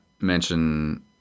mention